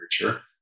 literature